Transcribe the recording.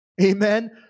Amen